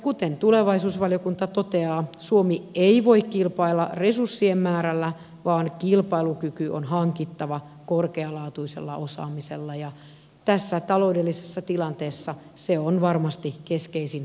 kuten tulevaisuusvaliokunta toteaa suomi ei voi kilpailla resurssien määrällä vaan kilpailukyky on hankittava korkealaatuisella osaamisella ja tässä taloudellisessa tilanteessa se on varmasti keskeisin ohjenuoramme